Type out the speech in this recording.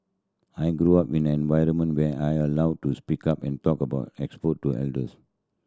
I grew up in an environment where I allowed to speak up and talk about exposed to adults